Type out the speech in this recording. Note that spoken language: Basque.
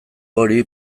hori